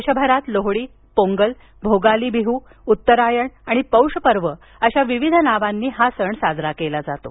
देशभरात लोहड़ी पोंगल भोगाली बिहू उत्तरायण आणि पौष पर्व अशा विविध नावांनी हा सण साजरा केला जातो